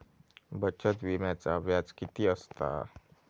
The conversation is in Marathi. बचत विम्याचा व्याज किती असता?